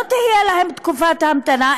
לא תהיה להם תקופת המתנה,